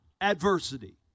adversity